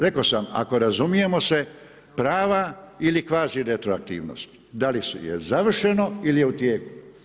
Rekao sam, ako razumijemo se prava ili kvazi retroaktivnost da li je završeno ili je u tijeku.